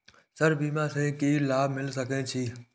Sir बीमा से की लाभ मिल सके छी?